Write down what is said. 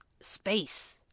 space